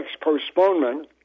postponement